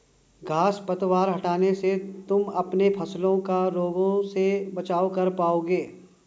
घांस पतवार हटाने से तुम अपने फसलों का रोगों से बचाव कर पाओगे